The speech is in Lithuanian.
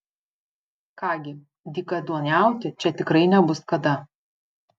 ką gi dykaduoniauti čia tikrai nebus kada